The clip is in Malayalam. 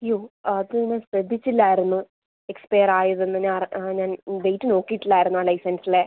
യോ അത് ഞാൻ ശ്രദ്ധിച്ചില്ലായിരുന്നു എക്സ്പെയർ ആയതെന്ന് ഞാൻ ഞാൻ ഡേറ്റ് നോക്കിയിട്ടില്ലായിരുന്നു ലൈസൻസിലെ